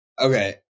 Okay